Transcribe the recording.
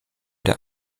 der